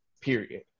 period